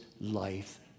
life